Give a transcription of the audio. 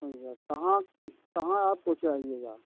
समझा कहाँ कहाँ आपको चाहिएगा